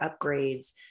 upgrades